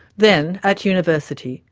then at university,